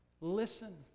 Listen